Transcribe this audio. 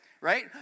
right